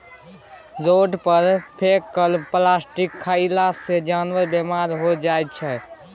road पर फेकल plastic खएला सँ जानबर बेमार भए जाइ छै